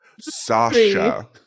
Sasha